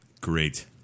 Great